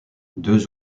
deux